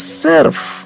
serve